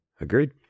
agreed